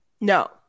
No